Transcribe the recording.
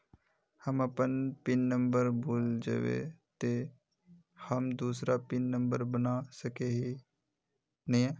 हम अपन pin number भूल जयबे ते हम दूसरा पिन नंबर बना सके है नय?